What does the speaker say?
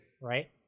right